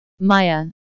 Maya